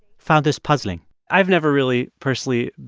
found this puzzling i've never really personally,